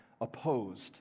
opposed